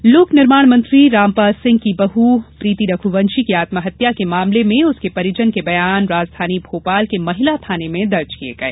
मंत्री रामपाल लोक निर्माण मंत्री रामपाल सिंह की बहू प्रीति रघुवंशी की आत्महत्या के मामले में उसके परिजन के बयान राजघानी भोपाल के महिला थाने में दर्ज किए गए